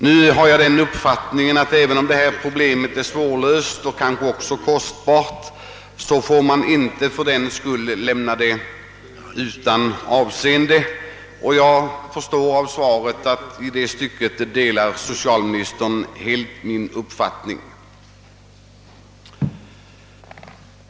Jag har den uppfattningen att även om detta problem är svårlöst och kanske också kostbart får man inte fördenskull lämna det utan avseende. Jag förstår av svaret att i det stycket delar socialministern helt min uppfattning.